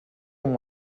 and